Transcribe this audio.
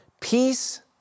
peace